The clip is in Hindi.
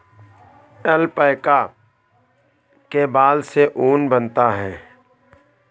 ऐल्पैका के बाल से ऊन बनता है